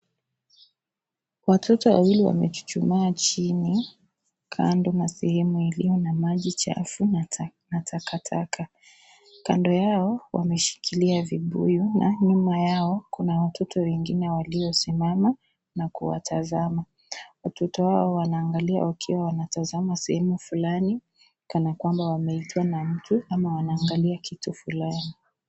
Watoto wawili wamechuchumaa chini, kando na sehemu iliyo na maji chafu na takataka. Kando yao, wameshikilia vibuyu, na nyuma yao kuna watoto wengine waliosimama, na kuwatazama. Watoto wao wanaangalia wakiwa wanatazama sehemu fulani, kana kwamba wameitwa na mtu ama wanaangalia kitu fulani.